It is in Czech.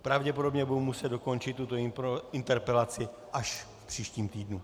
Pravděpodobně budu muset dokončit tuto interpelaci až v příštím týdnu.